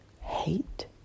hate